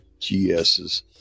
GSs